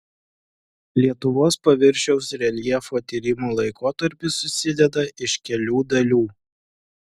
lietuvos paviršiaus reljefo tyrimų laikotarpis susideda iš kelių dalių